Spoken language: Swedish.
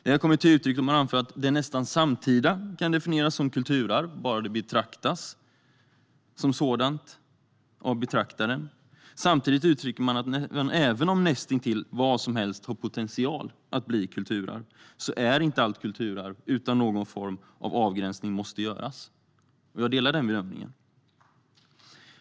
Detta kommer till uttryck då man anför att det nästan samtida kan definieras som kulturarv bara det betraktas som sådant av människor. Samtidigt uttrycker man att även om näst intill vad som helst har potential att bli kulturarv, så är inte allt kulturarv, utan någon form av avgränsning måste göras. Jag delar den bedömningen.